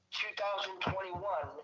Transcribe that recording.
2021